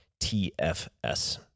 TFS